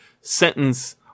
sentence